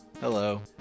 Hello